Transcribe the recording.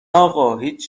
اقا، هیچ